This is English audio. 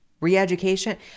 re-education